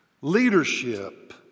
Leadership